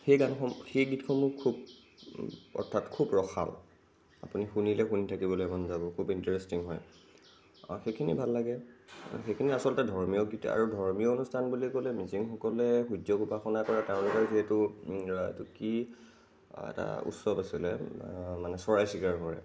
সেই গানসমূহ সেই গীতসমূহ খুব অৰ্থাৎ খুব ৰসাল আপুনি শুনিলে শুনি থাকিবলৈ মন যাব খুব ইণ্টাৰেষ্টিং হয় সেইখিনি ভাল লাগে সেইখিনি আচলতে ধৰ্মীয় গীত আৰু ধৰ্মীয় অনুস্থান বুলি ক'লে মিচিংসকলে সূৰ্য্যক উপাসনা কৰা তেওঁলোকৰ যিটো এইটো কি এটা উৎসৱ আছিলে মানে চৰাই চিকাৰ কৰে